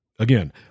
Again